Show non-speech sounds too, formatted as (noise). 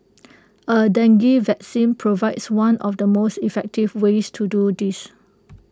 (noise) A dengue vaccine provides one of the most effective ways to do this